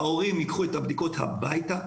ההורים ייקחו את הבדיקות הביתה,